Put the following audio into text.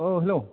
औ हेल'